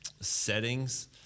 settings